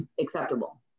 acceptable